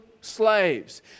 slaves